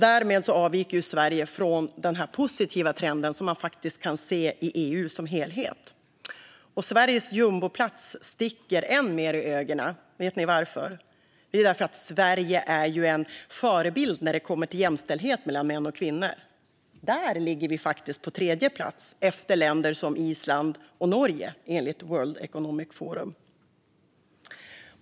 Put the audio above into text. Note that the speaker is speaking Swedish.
Därmed avviker Sverige från den positiva trend som man kan se i EU som helhet. Sveriges jumboplats sticker än mer i ögonen eftersom Sverige ju är en förebild när det gäller jämställdhet mellan män och kvinnor. Där ligger vi på tredje plats efter Island och Norge, enligt World Economic Forum.